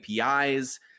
APIs